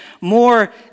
more